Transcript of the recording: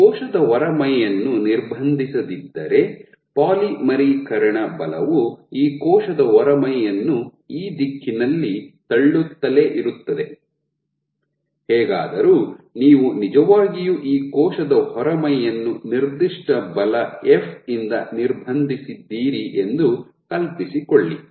ಈ ಕೋಶದ ಹೊರಮೈಯನ್ನು ನಿರ್ಬಂಧಿಸದಿದ್ದರೆ ಪಾಲಿಮರೀಕರಣ ಬಲವು ಈ ಕೋಶದ ಹೊರಮೈಯನ್ನು ಈ ದಿಕ್ಕಿನಲ್ಲಿ ತಳ್ಳುತ್ತಲೇ ಇರುತ್ತದೆ ಹೇಗಾದರೂ ನೀವು ನಿಜವಾಗಿಯೂ ಈ ಕೋಶದ ಹೊರಮೈಯನ್ನು ನಿರ್ದಿಷ್ಟ ಬಲ ಎಫ್ ಇಂದ ನಿರ್ಬಂಧಿಸಿದ್ದಿರಿ ಎಂದು ಕಲ್ಪಿಸಿಕೊಳ್ಳಿ